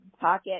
Pocket